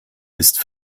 ist